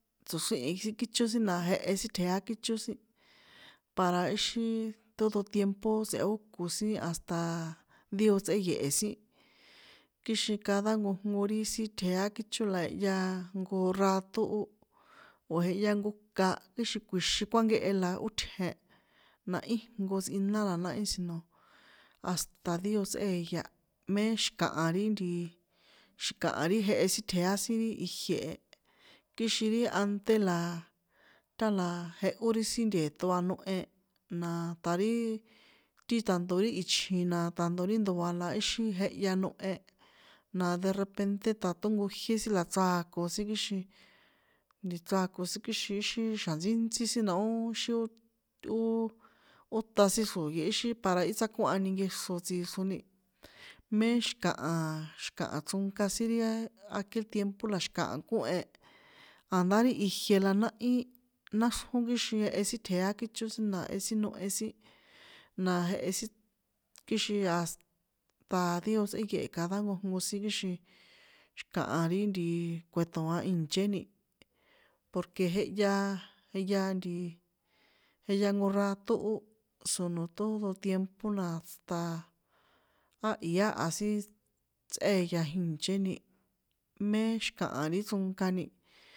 Tso̱xríhi̱n sin kícho sin na jehe sin tjeá kíchó sin, para íxin ṭódo tiempo tsꞌeóko sin hasta díos tsꞌéye̱he̱ sin kixin cada nkojnko ri sin tjeá kícho la jehya nko raṭo ó, o̱ jehya ka íxin kjuxin kuánkehe la ótjen na íjnko tsꞌiná la náhi sino, hasta díos tsꞌéyá mé xi̱kaha rí ntiiii, xi̱kaha ri jehe sin tjeá sin ijie e, kixin ri ante la, tála jehó ri sín nte̱ṭo a nohe, na ṭa̱ rí, ti tanto ri ichjin na tantp ri ndoa la íxin jehya nohe, na derrepenté ṭa ṭonkojié sin la chrakon sin kixin, chrakon sin kixin íxín xa̱ntsíntsí na ó íxin ó, ó ṭa sin xro̱yé ixin para í tsákohya ninkexro tsixroni, mé xi̱kaha xi̱kaha chronka sin ri aquel tiempo la xi̱kaha kóhen, a̱ndá ri ijie la náhí, náxrjón kixin jehe sin tjeá kíchó sin na jehe sin nohe sin, na jehe sin, kixin hasta, díos tséye̱he cada nkojnko sin kixin xi̱kaha ri tiii, kue̱ṭo̱an ìnchéni, porque jehya, jeya ntiii, jeya nkorató ó sono todo tiempo na, sta áhi áha sin tsꞌéya ìnchéni, mé xi̱kaha ri chrónkani.